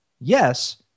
yes